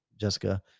jessica